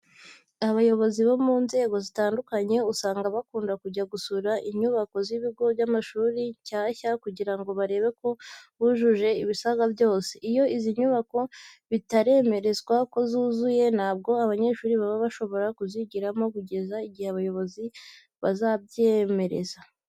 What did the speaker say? Abayobozi bo mu nzego zitandukanye usanga bakunda kujya gusura inyubako z'ibigo by'amashuri nshyashya kugira ngo barebe ko zujuje ibisabwa byose. Iyo izi nyubako bitaremezwa ko zuzuye, ntabwo abanyehuri baba bashobora kuzigiramo kugeza igihe abayobozi bazabyanzurira.